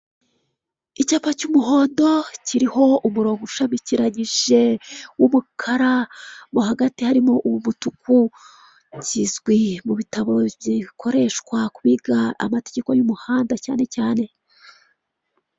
Icyapa cy'umuhondo kiriho umurongo ushamikiranyije w'umukara mo hagati harimo umutuku, kizwi mu bitabo gikoreshwa ku biga amategeko y'umuhanda cyane cyane.